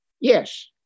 Yes